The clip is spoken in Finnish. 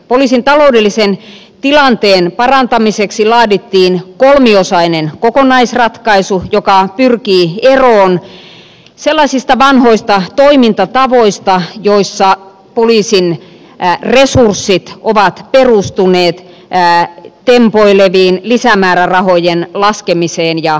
poliisin taloudellisen tilanteen parantamiseksi laadittiin kolmiosainen kokonaisratkaisu joka pyrkii eroon sellaisista vanhoista toimintatavoista joissa poliisin resurssit ovat perustuneet tempoilevaan lisämäärärahojen laskemiseen ja anomiseen